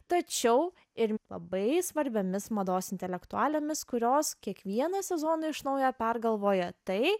tačiau ir labai svarbiomis mados intelektualėmis kurios kiekvieną sezoną iš naujo pergalvoja tai